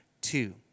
Two